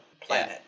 planet